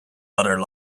other